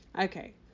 Okay